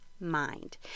mind